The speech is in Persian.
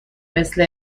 مثل